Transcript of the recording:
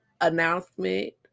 announcement